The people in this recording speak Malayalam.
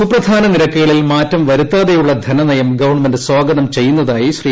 സുപ്രധാന നിരക്കുകളിൽ മാറ്റം വരുത്താതെയുള്ള ധനനയം ഗവൺമെന്റ് സ്വാഗതം ചെയ്യുന്നതായി ശ്രീ